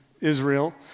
Israel